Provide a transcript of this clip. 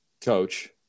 coach